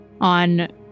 on